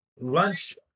lunch